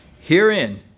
Herein